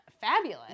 fabulous